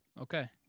Okay